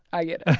i get ah